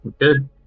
Good